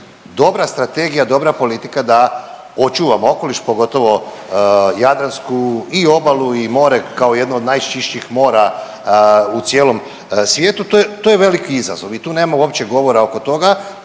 dobra strategija, dobra politika da očuvamo okoliš, pogotovo jadransku i obalu i more kao jedno od najčišćih mora u cijelom svijetu. To je veliki izazov i tu nema uopće govora oko toga.